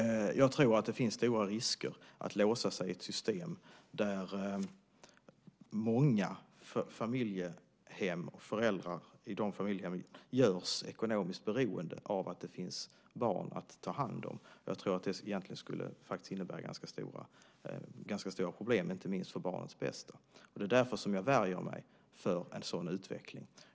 Jag tror att det finns stora risker med att låsa sig i ett system där många familjehem och föräldrarna där görs ekonomiskt beroende av att det finns barn att ta hand. Jag tror att det faktiskt skulle innebära ganska stora problem, inte minst för barnens bästa. Därför värjer jag mig för en sådan utveckling.